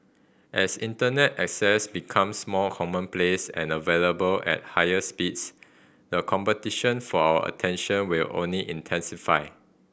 as Internet access becomes more commonplace and available at higher speeds the competition for our attention will only intensify